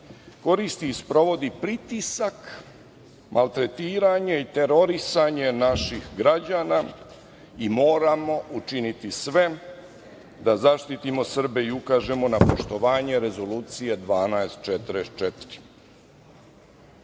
koristi i sprovodi pritisak, maltretiranje i terorisanje naših građana i moramo učiniti sve da zaštitimo Srbe i ukažemo na poštovanje Rezolucije 1244.Drugo